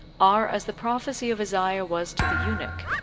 are as the prophecy of isaiah was to the eunuch,